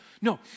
no